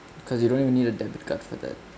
because you don't even need a debit card for that